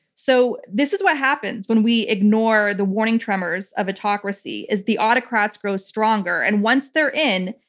so this is what happens when we ignore the warning tremors of autocracy, is the autocrats grow stronger. and once they're in,